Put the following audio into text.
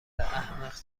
احمق